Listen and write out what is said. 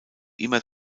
immer